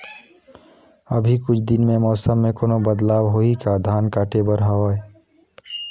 अभी कुछ दिन मे मौसम मे कोनो बदलाव होही का? धान काटे बर हवय?